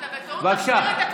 אתה בטעות תחזיר את הכבוד לכנסת.